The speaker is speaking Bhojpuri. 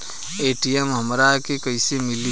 ए.टी.एम हमरा के कइसे मिली?